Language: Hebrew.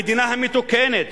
המדינה המתוקנת,